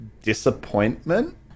disappointment